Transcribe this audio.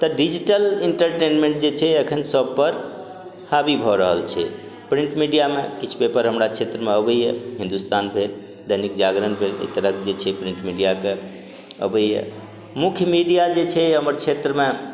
तऽ digital entertainment जे छै एखन सभ पर हाबी भऽ रहल छै प्रिन्ट मीडियामे किछु पेपर हमरा क्षेत्रमे अबैया हिन्दुस्तान भेल दैनिक जागरण भेल एहि तरहक जे छै प्रिन्ट मीडियाके अबैया मुख्य मीडिया जे छै हमर क्षेत्रमे